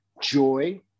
joy